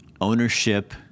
ownership